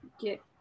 get